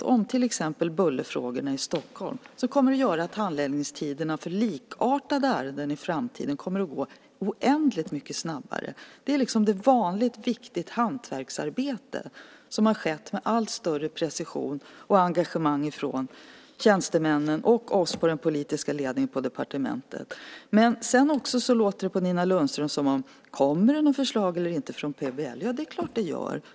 Det gäller till exempel bullerfrågorna i Stockholm. Det kommer att göra att handläggningen av likartade ärenden i framtiden kommer att gå oändligt mycket snabbare. Det är ett vanligt viktigt hantverksarbete som har skett med allt större precision och engagemang från tjänstemännen och oss i den politiska ledningen på departementet. Men sedan låter det också på Nina Lundström som om hon undrar: Kommer det något förslag eller inte när det gäller PBL? Ja, det är klart att det gör.